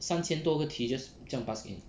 三千多个 pages 这样 pass 给你